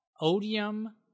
Odium